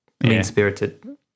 mean-spirited